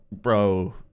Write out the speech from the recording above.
Bro